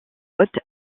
haute